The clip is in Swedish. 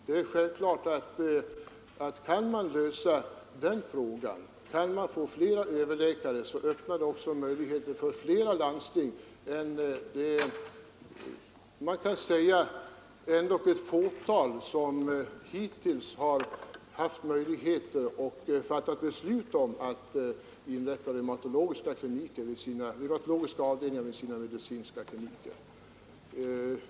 Kan man lösa utbildningsfrågan och få fler läkare med specialistkompetens blir det också möjligt för fler landsting än det fåtal som hittills kunnat göra det att inrätta reumatologiska avdelningar vid sina medicinska kliniker.